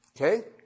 Okay